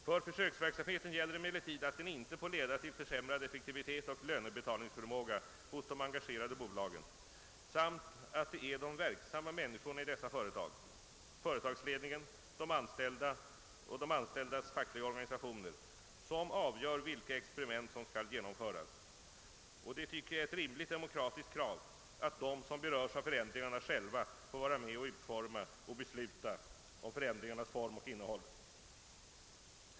För försöksverksamheten gäller emellertid att den inte får leda till försämrad effektivitet och lönebetalningsförmåga hos de engagerade bolagen samt att det är de verksamma männi skorna i dessa företag — företagsledningen, de anställda och de anställdas fackliga organisationer — som avgör vilka experiment som skall genomföras. Och det tycker jag är ett rimligt demokratiskt krav: att de som berörs av förändringarna själva får vara med och utforma och besluta om dessas form och innehåll.